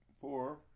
four